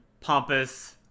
pompous